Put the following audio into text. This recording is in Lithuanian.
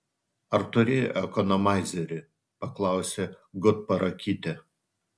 ar turi ekonomaizerį paklausė gutparakytė